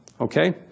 Okay